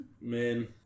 Man